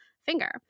finger